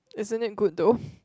isn't it good though